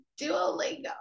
Duolingo